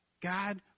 God